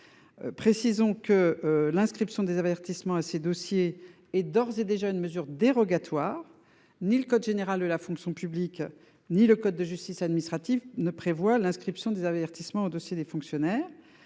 Précisons que l'inscription des avertissements à ses dossiers et d'ores et déjà une mesure dérogatoire. Ni le code général de la fonction publique, ni le code de justice administrative ne prévoit l'inscription des avertissements aux dossiers des fonctionnaires.